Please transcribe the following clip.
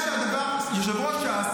יושב-ראש ש"ס,